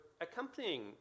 accompanying